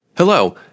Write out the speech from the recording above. Hello